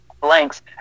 blanks